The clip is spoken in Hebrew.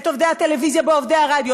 את עובדי הטלוויזיה בעובדי הרדיו,